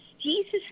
Jesus